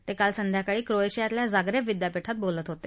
ते काल संध्याकाळी क्रोएशियातल्या जागरेब विद्यापीठात बोलत होते